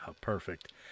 Perfect